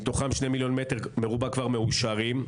מתוכם 2,000,000 מ"ר לתעסוקה כבר מאושרים.